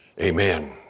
Amen